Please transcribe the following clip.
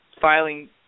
filing